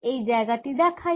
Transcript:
এই জায়গায় এটি দেখাই